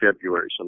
February